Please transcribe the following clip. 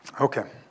Okay